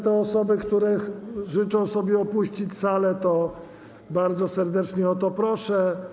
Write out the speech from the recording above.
Te osoby, które życzą sobie opuścić salę, bardzo serdecznie o to proszę.